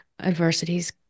adversities